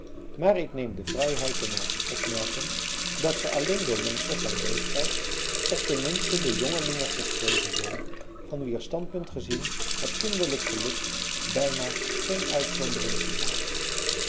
maar ik neem de vrijheid te mogen opmerken dat ze alleen door menschen van leeftijd of ten minste door jongelingen geschreven zijn van wier standpunt gezien het kinderlijk geluk bijna geen uitzondering toelaat